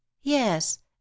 yes